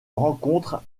rencontre